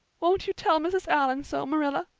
won't you tell mrs. allan so, marilla?